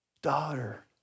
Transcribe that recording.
daughter